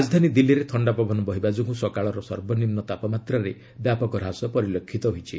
ରାଜଧାନୀ ଦିଲ୍ଲୀରେ ଥଣ୍ଡା ପବନ ବହିବା ଯୋଗୁଁ ସକାଳର ସର୍ବନିମ୍ନ ତାପମାତ୍ରାରେ ବ୍ୟାପକ ହ୍ରାସ ପରିଲକ୍ଷିତ ହୋଇଛି